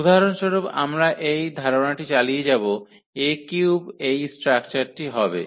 উদাহরণস্বরূপ আমরা এই ধারণাটি চালিয়ে যাব 𝐴3 এই একই স্ট্রাকচারটি হবে